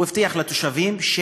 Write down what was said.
הבטיח לתושבים: